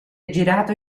girato